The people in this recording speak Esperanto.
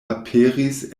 aperis